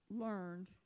learned